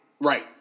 Right